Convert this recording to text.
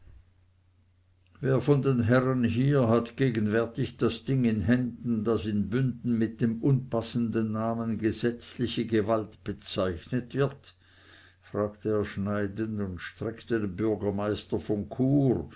wer von den herren hier hat gegenwärtig das ding in händen das in bünden mit dem unpassenden namen gesetzliche gewalt bezeichnet wird fragte er schneidend und streckte dem bürgermeister von chur